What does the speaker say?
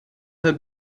her